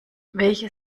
welche